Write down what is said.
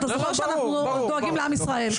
אתה זוכר שאנחנו דואגים לעם ישראל.